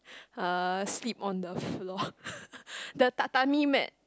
uh sleep on the floor the tatami mat